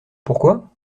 pourquoi